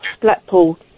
Blackpool